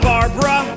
Barbara